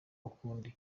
ukundi